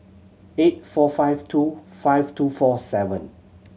eight four five two five two four seven